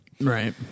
right